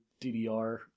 ddr